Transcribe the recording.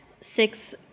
six